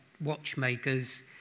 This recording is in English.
watchmakers